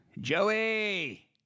Joey